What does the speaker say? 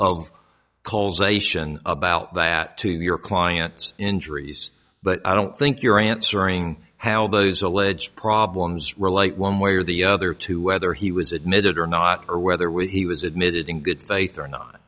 of calls ation about that to your clients injuries but i don't think you're answering how those alleged problems relate one way or the other to whether he was admitted or not or whether we he was admitted in good faith or not